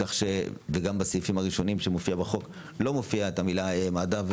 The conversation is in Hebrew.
כך שגם בסעיפים הראשונים שמופיעים בחוק לא מופיעה המילה 'מד"א',